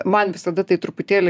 man visada tai truputėlį